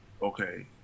okay